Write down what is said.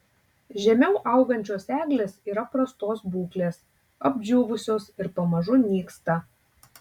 žemiau augančios eglės yra prastos būklės apdžiūvusios ir pamažu nyksta